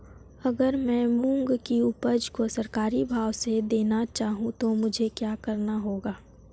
अगर मैं मूंग की उपज को सरकारी भाव से देना चाहूँ तो मुझे क्या करना होगा?